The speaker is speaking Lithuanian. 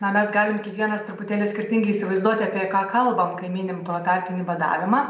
na mes galim kiekvienas truputėlį skirtingai įsivaizduoti apie ką kalbam kai minim protarpinį badavimą